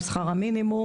על שכר המינימום.